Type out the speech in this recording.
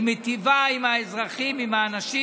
היא מיטיבה עם האזרחים, עם האנשים,